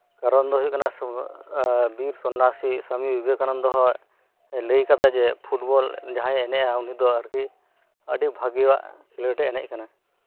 ᱠᱟᱨᱚᱱ ᱫᱚ ᱦᱳᱭᱳᱜ ᱠᱟᱱᱟ ᱵᱤᱨ ᱥᱚᱱᱱᱟᱥᱤ ᱥᱟᱢᱤ ᱵᱤᱵᱮᱠᱟᱱᱚᱱᱫᱚ ᱦᱚᱸ ᱞᱟᱹᱭ ᱟᱠᱟᱫᱟᱭ ᱡᱮ ᱯᱷᱩᱴᱵᱚᱞ ᱡᱟᱦᱟᱭᱮ ᱮᱱᱮᱡᱟ ᱩᱱᱤ ᱫᱚ ᱟᱨᱠᱤ ᱟᱹᱰᱤ ᱵᱷᱟᱜᱮᱭᱟᱜ ᱠᱷᱮᱞᱳᱰ ᱮ ᱮᱱᱮᱡ ᱠᱟᱱᱟ